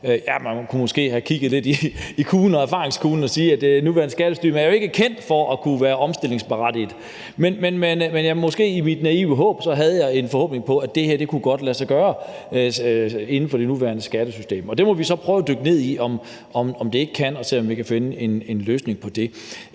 man kunne måske have kigget lidt i erfaringsglaskuglen og set, at det nuværende skattesystem jo ikke er kendt for at være omstillingsparat. Men i mit måske naive håb havde jeg en forhåbning om, at det her godt kunne lade sig gøre i det nuværende skattesystem. Det må vi så prøve at dykke ned i og se på om det ikke kan, og vi må se, om vi kan finde en løsning på det.